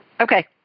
Okay